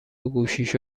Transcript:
گوشیشو